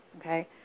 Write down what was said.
okay